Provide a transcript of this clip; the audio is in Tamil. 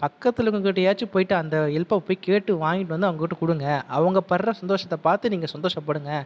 பக்கத்தில் இருக்கவங்ககிட்டயாச்சும் போயிட்டு அந்த ஹெல்ப்பை போய் கேட்டு வாங்கிட்டு வந்து அவங்ககிட்ட கொடுங்க அவங்க படுகிற சந்தோஷத்தை பார்த்து நீங்கள் சந்தோஷப்படுங்கள்